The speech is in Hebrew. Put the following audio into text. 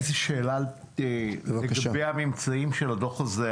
יש לי שאלה לגבי ממצאי הדוח הזה,